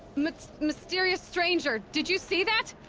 m-mysterious stranger, did you see that?